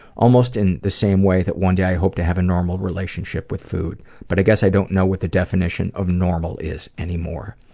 almost in the same way that one day i hope to have a normal relationship with food, but i guess i don't know what the definition of normal is anymore.